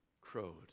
crowed